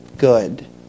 Good